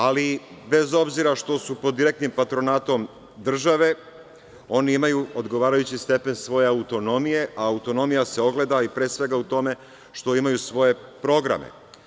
Ali, bez obzira što su pod direktnim patronatom države, one imaju odgovarajući stepen svoje autonomije, a autonomija se ogleda i pre svega u tome što imaju svoje programe.